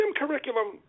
curriculum